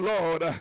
Lord